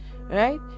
Right